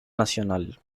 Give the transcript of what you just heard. nacional